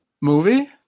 movie